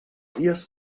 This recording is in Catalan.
dies